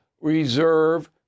reserve